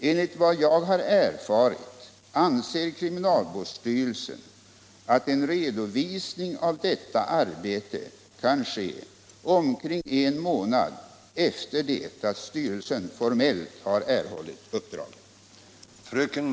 Vilken tidrymd har kriminalvårdsstyrelsen fått för utarbetandet av en plan för anstaltsbeståndet i Stockholm?